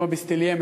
יום הבסטיליה,